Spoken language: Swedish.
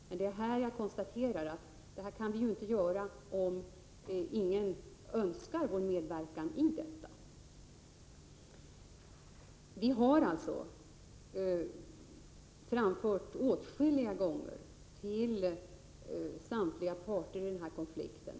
Men det är här jag konstaterar att vi inte kan göra detta om ingen önskar vår medverkan. Vi har åtskilliga gånger framfört vår ståndpunkt till samtliga parter i konflikten.